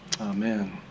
Amen